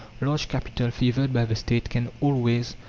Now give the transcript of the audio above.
large capital, favoured by the state, can always,